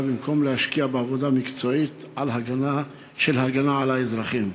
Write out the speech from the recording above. במקום להשקיע בעבודה מקצועית של הגנה על האזרחים.